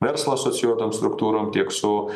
verslo asocijuotom struktūrom tiek su